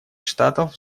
штатов